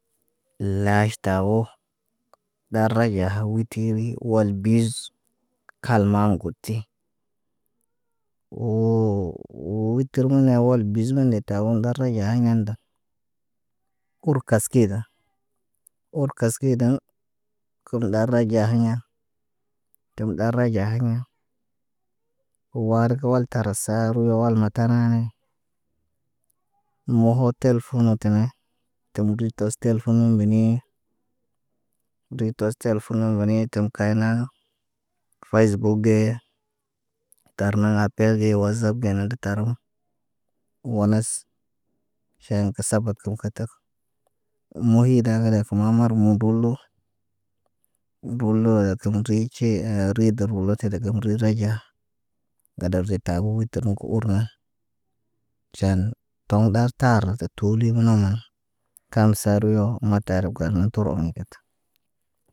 Laaʃ tawo. Laraɟaha witiri walbis. Kalmaaŋgoti. Woo wo wit təmane walbiz na ndta tawoŋg daraɟaat ye nda. Kur kaskeda or kas kedaŋg kə laraɟahiɲa tə ɗaraɟa hiɲa. Warkə wal tarasa Aaro owal mataane. Moho telfono tene təri tos telfono benii ritostelfono beniit tə kaya. Fayiz uk ge, tar na apel ge wazap gena tarum wonas feeŋgə sabab kə katak. Mohida kalakə tuma marmudulu. Rulo ya tərici ce ẽ rigaruratit tədəgamri raɟa. Gadar de abo wit təroŋg kə urna. Ʃaan toŋg ɗart taanatə tooli bulaman. Tamsaryo mata tar ganon turon ŋgeta.